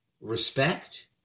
respect